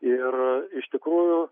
ir iš tikrųjų